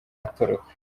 atoroka